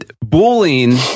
bullying